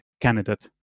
candidate